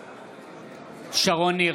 בעד שרון ניר,